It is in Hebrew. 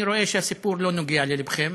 אני רואה שהסיפור לא נוגע ללבכם.